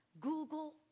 Google